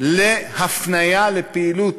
להפניה לפעילות.